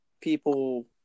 people